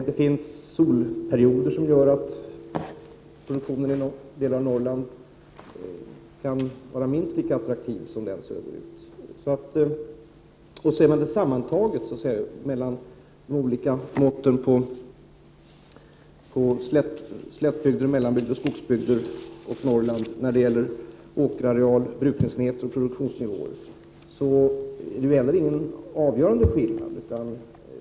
Det finns solperioder som gör att produktionen i delar av Norrland kan vara minst lika attraktiv som den söderut. Ser man de olika måtten för åkerareal, brukningsenheter och produktionsnivå sammantaget för slättbygder, mellanbygder, skogsbygder och Norrland är det ändå ingen avgörande skillnad.